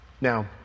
Now